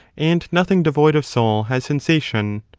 and nothing devoid of soul has sensation.